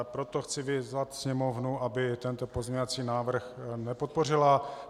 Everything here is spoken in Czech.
Proto chci vyzvat Sněmovnu, aby tento pozměňovací návrh nepodpořila.